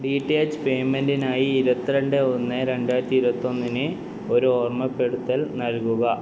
D T H പേയ്മെന്റിനായി ഇരുപത്തി രണ്ട് ഒന്ന് രണ്ടായിരത്തി ഇരുപത്തൊന്നിന് ഒരു ഓർമ്മപ്പെടുത്തൽ നൽകുക